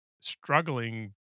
struggling